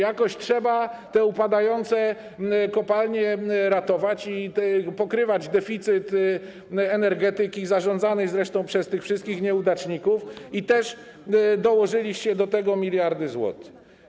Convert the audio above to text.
Jakoś trzeba ratować te upadające kopalnie i pokrywać deficyt energetyki, zarządzanej zresztą przez tych wszystkich nieudaczników, i też dołożyliście do tego miliardy złotych.